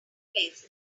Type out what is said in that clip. places